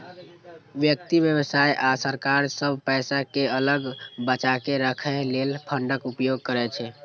व्यक्ति, व्यवसाय आ सरकार सब पैसा कें अलग बचाके राखै लेल फंडक उपयोग करै छै